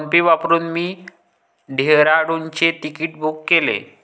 PhonePe वापरून मी डेहराडूनचे तिकीट बुक केले